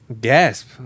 Gasp